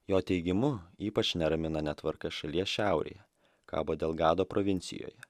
jo teigimu ypač neramina netvarka šalies šiaurėje kabo del gado provincijoje